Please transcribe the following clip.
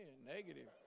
negative